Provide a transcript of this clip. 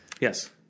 Yes